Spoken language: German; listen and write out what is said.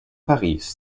paris